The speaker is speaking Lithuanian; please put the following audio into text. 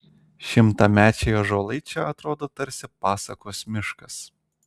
šimtamečiai ąžuolai čia atrodo tarsi pasakos miškas